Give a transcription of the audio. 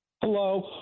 Hello